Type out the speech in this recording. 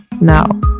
now